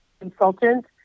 consultant